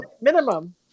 Minimum